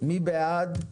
מי בעד?